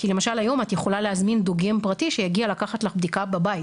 כי למשל היום את יכולה להזמין דוגם פרטי שיגיע לקחת לך בדיקה בבית